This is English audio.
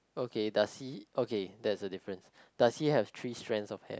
okay does he okay there's a difference does he have three strands of hair